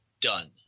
done